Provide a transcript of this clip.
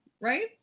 right